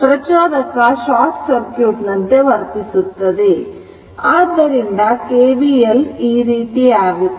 ಪ್ರಚೋದಕ short circuit ನಂತೆ ವರ್ತಿಸುತ್ತದೆ ಆದ್ದರಿಂದ KVL ಈ ರೀತಿಯಾಗುತ್ತದೆ